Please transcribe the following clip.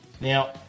Now